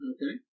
Okay